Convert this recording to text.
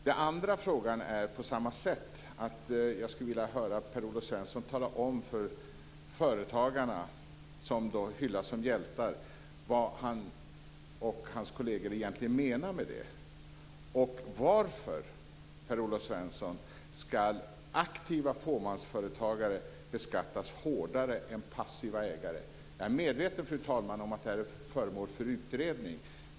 Den andra frågan liknar den första: Jag skulle vilja höra Per-Olof Svensson tala om för företagarna, som hyllas som hjältar, vad han och hans kolleger egentligen menar med det. Varför, Per-Olof Svensson, ska aktiva fåmansföretagare beskattas hårdare än passiva ägare? Fru talman! Jag är medveten om att frågan är föremål för utredning.